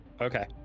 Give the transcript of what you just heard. Okay